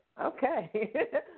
Okay